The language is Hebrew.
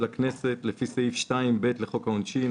של הכנסת לפי סעיף 2(ב) לחוק העונשין,